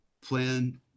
Plan